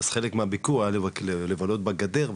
אז חלק מהביקור היה לבלות בגדר,